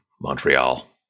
Montreal